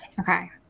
Okay